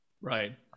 Right